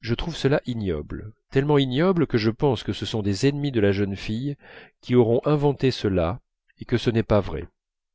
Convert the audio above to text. je trouve cela ignoble tellement ignoble que je pense que ce sont des ennemis de la jeune fille qui auront inventé cela et que ce n'est pas vrai